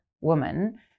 woman